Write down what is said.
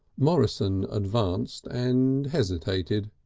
morrison advanced and hesitated.